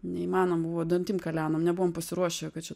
neįmanoma buvo dantim kalenom nebuvom pasiruošę kad čia